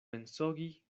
mensogi